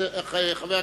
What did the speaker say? חבר הכנסת,